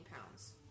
pounds